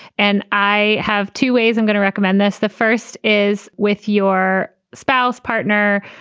and i have two ways i'm going to recommend this. the first is with your spouse, partner.